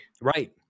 Right